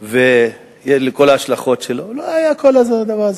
על כל ההשלכות שלו, לא היה כל הדבר הזה.